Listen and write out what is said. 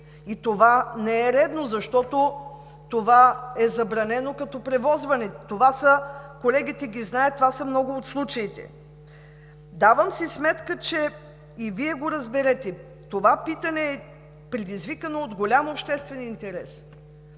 И това не е редно, защото е забранено като превозване, колегите го знаят, това са много от случаите. Давам си сметка, и Вие го разберете, че това питане е предизвикано от голям обществен интерес.